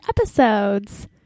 episodes